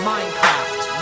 Minecraft